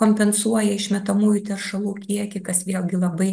kompensuoja išmetamųjų teršalų kiekį kas vėlgi labai